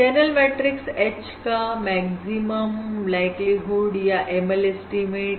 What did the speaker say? channel matrix H का maximum likelihood या ML estimate